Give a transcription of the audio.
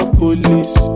police